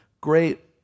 great